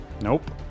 Nope